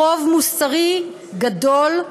חוב מוסרי גדול,